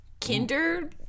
Kinder